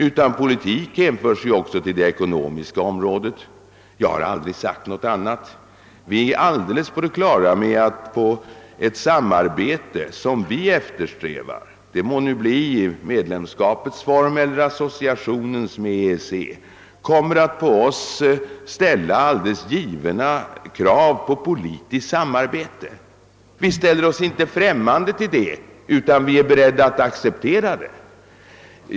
utan politik hänför sig också till det ekonomiska området. Jag har aldrig sagt något annat. Vi är alldeles på det klara med att det samarbete vi eftersträvar — det må nu bli i medlemskapets form eller i associationens — kommer att på oss ställa alldeles givna krav på politiskt samarbete. Vi ställer oss inte främmande för det utan vi är beredda att acceptera det.